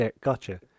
gotcha